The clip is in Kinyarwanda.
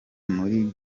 muri